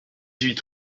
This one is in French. huit